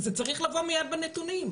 זה צריך לבוא מייד בנתונים,